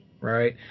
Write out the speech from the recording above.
right